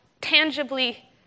tangibly